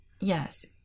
Yes